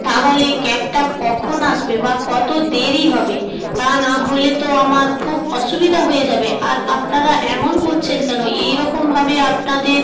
তাহলে ক্যাবটা কখন আসবে বা কত দেরি হবে তা নাহলে তো আমার খুব অসুবিধা হয়ে যাবে আর আপনারা এমন করছেন কেন এই রকমভাবে আপনাদের